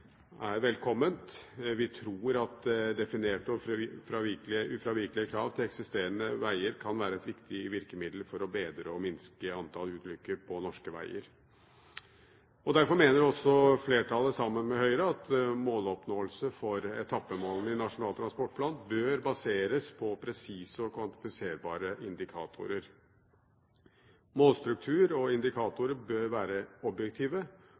velkomment. Vi tror at definerte og ufravikelige krav til eksisterende veger kan være et viktig virkemiddel for å bedre norske veger og vil minske antall ulykker. Derfor mener også flertallet sammen med Høyre at måloppnåelsen for etappemålene i Nasjonal transportplan bør baseres på presise og kvantifiserbare indikatorer. Målstruktur og indikatorer bør være objektive